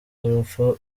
urupfu